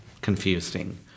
confusing